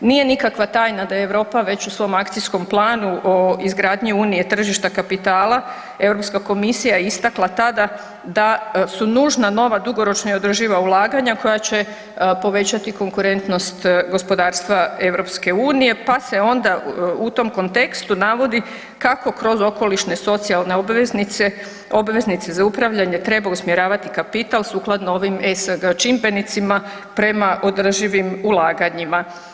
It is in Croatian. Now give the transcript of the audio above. Nije nikakva tajna da je Europa već u svom akcijskom planu izgradnje unije tržišta kapitala Europska komisija istakla tada da su nužna nova dugoročna i održiva ulaganja koja će povećati konkurentnost gospodarstva EU pa se onda u tom kontekstu navodi kako kroz okolišne socijalne obveznice, obveznice za upravljanje treba usmjeravati kapital sukladno ovim ESG čimbenicima prema održivim ulaganjima.